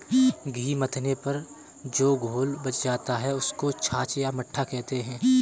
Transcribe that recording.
घी मथने पर जो घोल बच जाता है, उसको छाछ या मट्ठा कहते हैं